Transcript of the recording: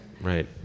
Right